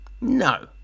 no